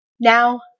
Now